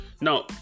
now